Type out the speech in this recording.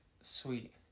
sweet